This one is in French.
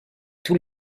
tous